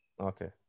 Okay